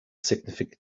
signified